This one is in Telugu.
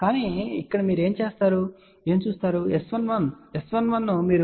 కానీ ఇక్కడ మీరు ఏమి చూస్తారు S11 S11 మీరు 17